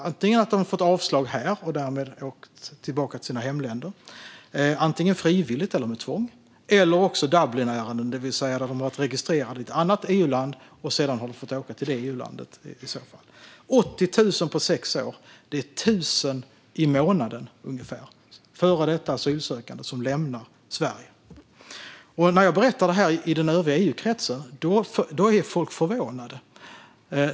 Antingen har de fått avslag här och har därmed frivilligt eller med tvång åkt tillbaka till sina hemländer, eller så är de Dublinärenden, det vill säga de har varit registrerade i ett annat EU-land och har i så fall fått åka tillbaka dit. 80 000 på sex år innebär ungefär 1 000 före detta asylsökanden som lämnar Sverige varje månad. När jag berättar om detta i den övriga EU-kretsen blir folk förvånade.